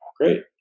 great